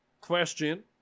Question